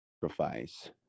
sacrifice